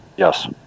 Yes